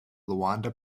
luanda